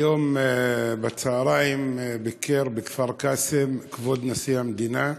היום בצהריים ביקר בכפר-קאסם כבוד נשיא המדינה,